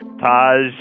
Taj